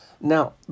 Now